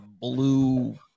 blue